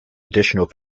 additional